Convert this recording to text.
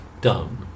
done